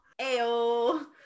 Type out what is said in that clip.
ayo